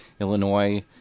Illinois